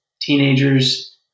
teenagers